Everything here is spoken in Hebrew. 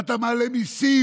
ואתה מעלה מיסים,